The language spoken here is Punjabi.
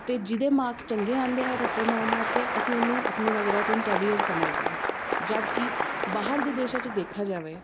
ਅਤੇ ਜਿਹਦੇ ਮਾਰਕਸ ਚੰਗੇ ਆਉਂਦੇ ਹੈ ਰੱਟੇ ਮਾਰ ਮਾਰ ਕੇ ਅਸੀਂ ਉਹਨੂੰ ਆਪਣੀ ਨਜ਼ਰਾਂ 'ਚ ਇੰਟੈਲੀਜੈਂਟ ਸਮਝਦੇ ਹਾਂ ਜਦਕਿ ਬਾਹਰ ਦੇ ਦੇਸ਼ਾਂ 'ਚ ਦੇਖਿਆ ਜਾਵੇ